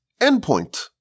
endpoint